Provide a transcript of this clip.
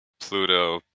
Pluto